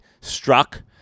struck